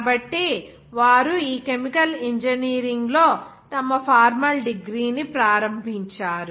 కాబట్టి వారు ఈ కెమికల్ ఇంజనీరింగ్లో తమ ఫార్మల్ డిగ్రీని ప్రారంభించారు